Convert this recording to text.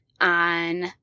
on